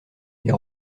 des